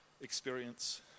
experience